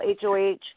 HOH